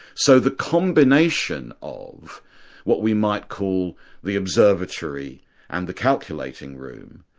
so the combination of what we might call the observatory and the calculating room,